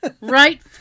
right